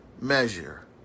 measure